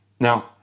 Now